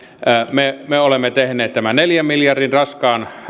me me olemme tehneet tämän neljän miljardin raskaan